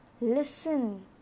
Listen